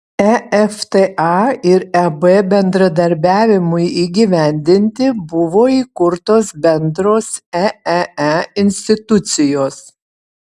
efta ir eb bendradarbiavimui įgyvendinti buvo įkurtos bendros eee institucijos